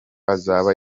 azaba